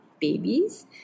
babies